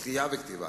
קריאה וכתיבה.